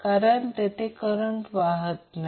कारण तेथे करंट वाहत नाही